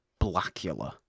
Blackula